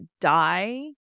die